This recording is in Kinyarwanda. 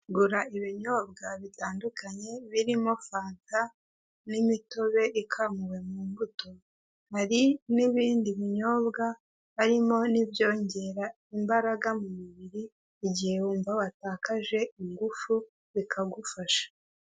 Niwubaka inzu y'ubucuruzi uzibuke gusiga umwanya w'aho ibinyabiziga byaparika kuko iyo hari abakoreramo bagakenera gukoresha parikingi birabagora bagashaka ahandi bagomba no kwishyura.